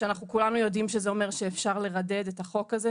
שאנחנו כולנו יודעים שזה אומר שאפשר לרדד את החוק הזה,